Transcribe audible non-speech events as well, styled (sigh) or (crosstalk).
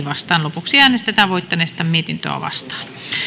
(unintelligible) vastaan lopuksi äänestetään voittaneesta mietintöä vastaan